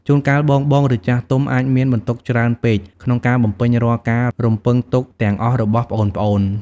ជួនកាល បងៗ ឬចាស់ទុំ អាចមាន បន្ទុកច្រើនពេក ក្នុងការបំពេញរាល់ការរំពឹងទុកទាំងអស់របស់ប្អូនៗ។